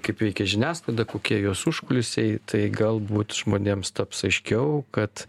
kaip veikia žiniasklaida kokie jos užkulisiai tai galbūt žmonėms taps aiškiau kad